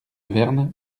verne